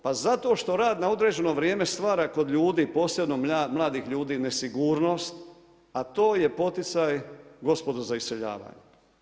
Pa zato što rad na određeno vrijeme stvara kod ljudi posebno mladih ljudi nesigurnost, a to je poticaj gospodo za iseljavanje.